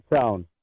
sound